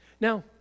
Now